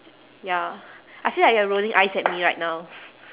ya I feel like you are rolling eyes at me right now